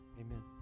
Amen